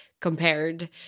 compared